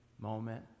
moment